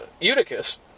Eutychus